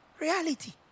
Reality